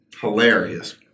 Hilarious